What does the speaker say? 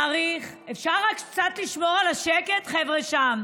אפשר רק קצת לשמור על השקט, חבר'ה שם?